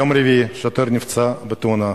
יום רביעי, שוטר נפצע בתאונה,